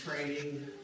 training